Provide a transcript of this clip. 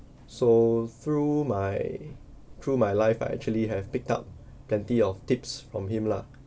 so through my through my life I actually have picked up plenty of tips from him lah